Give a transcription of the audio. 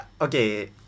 Okay